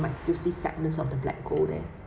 might still see segments of the black gold there